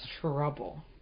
trouble